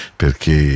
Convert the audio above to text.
perché